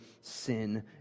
sin